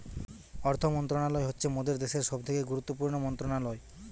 অর্থ মন্ত্রণালয় হচ্ছে মোদের দ্যাশের সবথেকে গুরুত্বপূর্ণ মন্ত্রণালয়